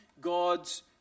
God's